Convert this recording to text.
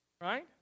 right